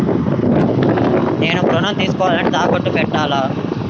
నేను ఋణం తీసుకోవాలంటే తాకట్టు పెట్టాలా?